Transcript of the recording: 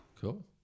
cool